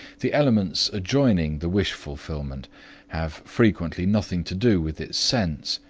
the elements adjoining the wish-fulfillment have frequently nothing to do with its sense,